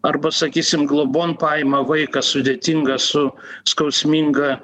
arba sakysim globon paima vaiką sudėtingą su skausminga